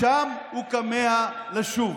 לשם הוא כמֵהַּ לשוב.